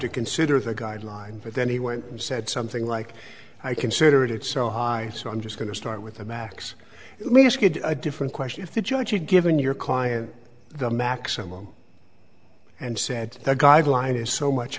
to consider the guideline for then he went and said something like i consider it so high so i'm just going to start with a max let me ask you a different question if the judge had given your client the maximum and said that guideline is so much